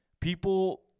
people